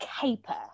caper